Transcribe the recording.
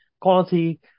quality